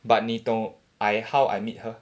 but 你懂 I how I met her